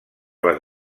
les